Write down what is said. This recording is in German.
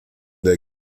der